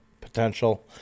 potential